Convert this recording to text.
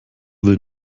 will